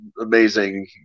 amazing